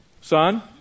son